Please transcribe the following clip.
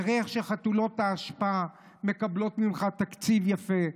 תראה איך חתולות האשפה מקבלות ממך תקציב יפה.